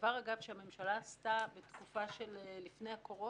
ודבר אגב שהממשלה עשתה בתקופה שלפני הקורונה,